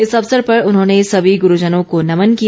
इस अवसर पर उन्होंने सभी ग्रुजनों को नमन किया